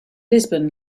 lisbon